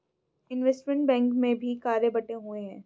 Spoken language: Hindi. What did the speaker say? इनवेस्टमेंट बैंक में भी कार्य बंटे हुए हैं